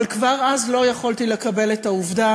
אבל כבר אז לא יכולתי לקבל את העובדה